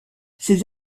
ces